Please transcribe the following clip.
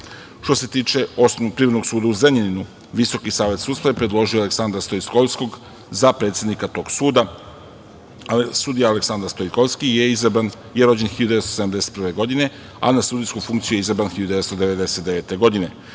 se tiče Privrednog suda u Zrenjaninu, Visoki savet sudstva je predložio Aleksandra Stoiljkovskog za predsednika tog suda. Sudija Aleksandar Stoiljkovski je rođen 1971. godine, a na sudijsku funkciju je izabran 1999. godine.